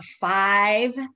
five